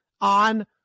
on